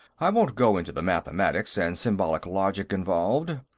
i won't go into the mathematics and symbolic logic involved,